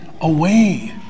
away